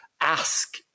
ask